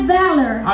valor